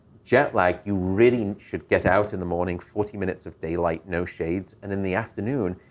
jet lag, you really should get out in the morning, forty minutes of daylight, no shades. and in the afternoon,